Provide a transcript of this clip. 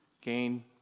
gain